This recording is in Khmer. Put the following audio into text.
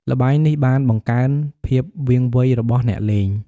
ល្បែងនេះបានបង្កើនភាពវាងវៃរបស់អ្នកលេង។